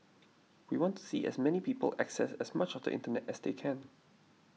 we want to see as many people access as much of the internet as they can